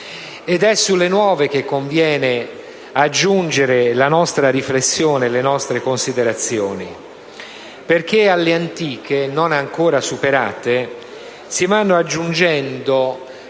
Ed è sulle nuove che conviene aggiungere la nostra riflessione e le nostre considerazioni. Infatti, alle antiche, non ancora superate, si vanno aggiungendo